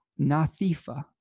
nathifa